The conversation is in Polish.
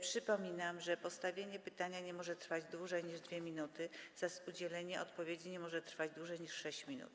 Przypominam, że postawienie pytania nie może trwać dłużej niż 2 minuty, zaś udzielenie odpowiedzi nie może trwać dłużej niż 6 minut.